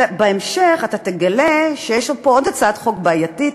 בהמשך אתה תגלה שיש פה עוד הצעת חוק בעייתית,